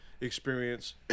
experience